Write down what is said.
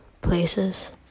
places